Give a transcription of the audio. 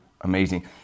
amazing